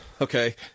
Okay